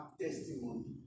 testimony